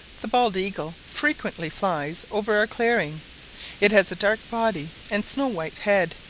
the bald eagle frequently flies over our clearing it has a dark body, and snow-white head.